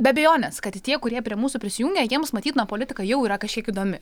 be abejonės kad tie kurie prie mūsų prisijungia jiems matyt na politika jau yra kažkiek įdomi